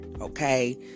Okay